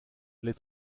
les